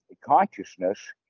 consciousness